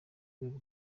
rwego